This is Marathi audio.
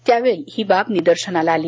त्यावेळी ही बाब निदर्शनाला आली